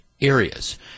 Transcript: areas